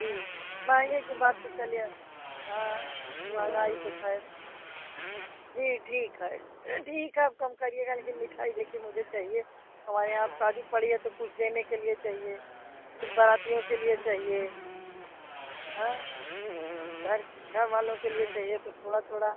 जी महँगे कि तो बात चलिए हाँ महंगाई तो खैर जी ठीक है ठीक है आप कम करिएगा लेकिन मिठाई देखिए मुझे चाहिए हमारे यहाँ अब शादी पड़ी है तो कुछ देने के लिए चाहिए कुछ बारातियों के लिए चाहिए हाँ घर घर वालों के लिए चाहिए तो थोड़ा थोड़ा